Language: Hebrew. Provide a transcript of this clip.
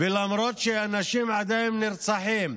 ולמרות שאנשים עדיין נרצחים.